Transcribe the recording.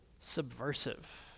subversive